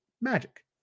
magic